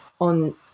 on